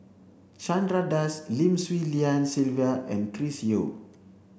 Chandra Das Lim Swee Lian Sylvia and Chris Yeo